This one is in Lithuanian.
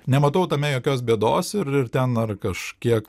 nematau tame jokios bėdos ir ir ten ar kažkiek